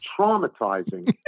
traumatizing